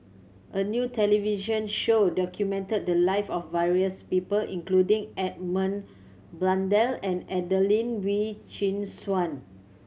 a new television show documented the live of various people including Edmund Blundell and Adelene Wee Chin Suan